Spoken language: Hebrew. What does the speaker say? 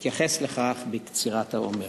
אתייחס לכך בקצירת האומר.